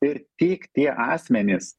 ir tik tie asmenys